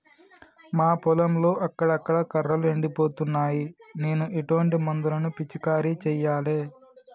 మా పొలంలో అక్కడక్కడ కర్రలు ఎండిపోతున్నాయి నేను ఎటువంటి మందులను పిచికారీ చెయ్యాలే?